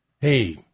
Hey